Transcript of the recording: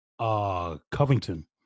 Covington